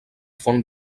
font